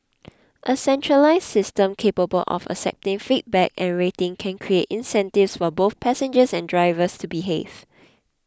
a centralised system capable of accepting feedback and rating can create incentives for both passengers and drivers to behave